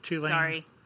sorry